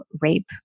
rape